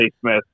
Smith